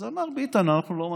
אז אמר ביטן: אנחנו לא מסכימים,